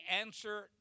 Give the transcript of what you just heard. answer